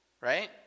right